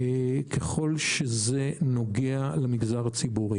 ככל שזה נוגע למגזר הציבורי.